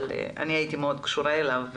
אבל אני הייתי מאוד קשורה אליו.